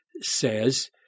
says